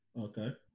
Okay